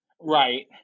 Right